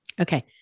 Okay